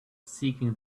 seeking